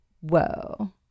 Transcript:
whoa